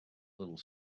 little